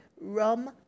Rum